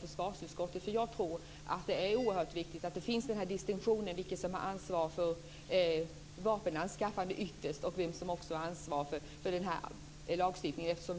försvarsutskottets ansvar. Det är oerhört viktigt att det finns en distinktion mellan vem som har det yttersta ansvaret för vapenanskaffande och vem som har ansvar för lagstiftningen.